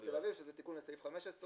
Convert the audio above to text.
ויש גם את תל אביב, שזה תיקון לסעיף 15(א)(3).